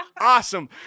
awesome